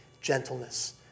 gentleness